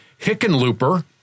Hickenlooper